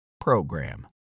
program